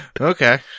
okay